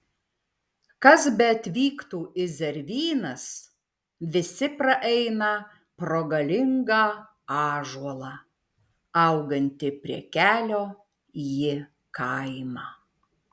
kas beatvyktų į zervynas visi praeina pro galingą ąžuolą augantį prie kelio į kaimą